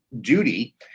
duty